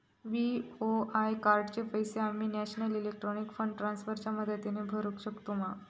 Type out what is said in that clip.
BOI कार्डाचे पैसे आम्ही नेशनल इलेक्ट्रॉनिक फंड ट्रान्स्फर च्या मदतीने भरुक शकतू मा?